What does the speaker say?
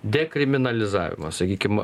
dekriminalizavimo sakykim